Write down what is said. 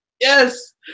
Yes